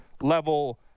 level